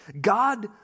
God